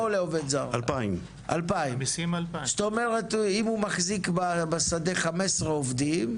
2,000. זאת אומרת אם הוא מחזיק בשדה 15 עובדים,